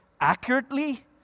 accurately